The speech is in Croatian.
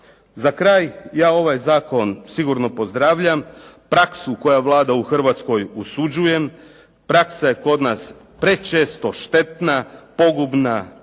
Za kraj ja ovaj zakon sigurno pozdravljam, praksu koja vlada u Hrvatskoj osuđujem, praksa je kod nas prečesto štetna, pogubna,